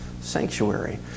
sanctuary